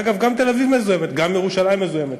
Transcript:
אגב, גם תל-אביב מזוהמת, גם ירושלים מזוהמת.